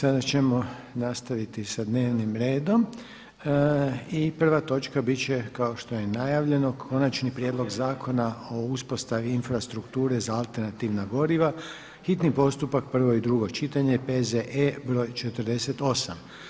Sada ćemo nastaviti sa dnevnim redom i prva točka bit će kao što je i najavljeno: - Konačni prijedlog Zakona o uspostavi infrastrukture za alternativna goriva, hitni postupak, prvo i drugo čitanje, P.Z.E.BR.48.